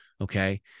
Okay